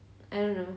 I don't know